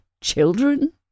children